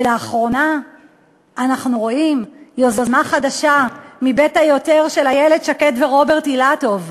לאחרונה אנחנו רואים יוזמה חדשה מבית היוצר של איילת שקד ורוברט אילטוב.